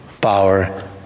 power